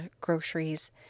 groceries